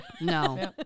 No